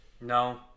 No